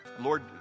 Lord